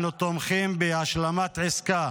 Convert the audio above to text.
אנחנו תומכים בהשלמת עסקה